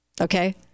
Okay